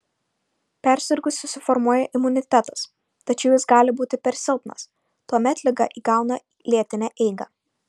persirgus susiformuoja imunitetas tačiau jis gali būti per silpnas tuomet liga įgauna lėtinę eigą